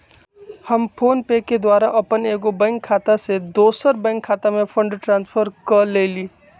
हम फोनपे के द्वारा अप्पन एगो बैंक खता से दोसर बैंक खता में फंड ट्रांसफर क लेइले